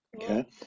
Okay